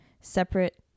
separate